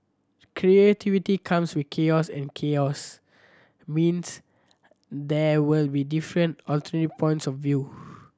creativity comes with chaos and chaos means there will be different alternate points of view